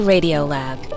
Radiolab